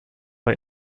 bei